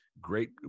Great